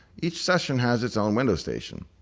each session has its own window station.